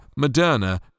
Moderna